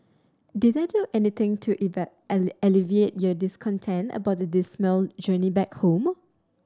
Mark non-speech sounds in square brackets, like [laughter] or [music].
did that do anything to [unintelligible] alleviate your discontent about the dismal journey back home